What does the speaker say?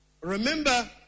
Remember